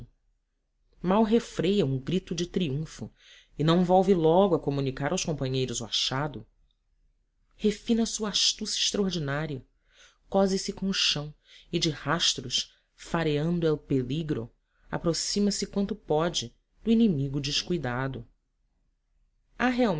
mal refreia um grito de triunfo e não volve logo a comunicar aos companheiros o achado refina a sua astúcia extraordinária cose se com o chão e de rastros fareando el peligro aproxima-se quando pode do inimigo descuidado